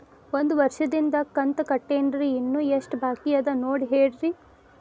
ಒಂದು ವರ್ಷದಿಂದ ಕಂತ ಕಟ್ಟೇನ್ರಿ ಇನ್ನು ಎಷ್ಟ ಬಾಕಿ ಅದ ನೋಡಿ ಹೇಳ್ರಿ